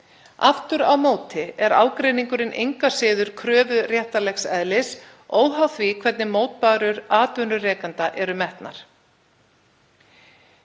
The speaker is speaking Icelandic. Aftur á móti er ágreiningurinn engu að síður kröfuréttarlegs eðlis óháð því hvernig mótbárur atvinnurekanda eru metnar.